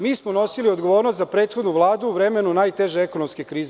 Mi smo nosili odgovornost za prethodnu Vladu u vremenu najteže ekonomske krize.